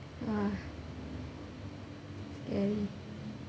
!wah! and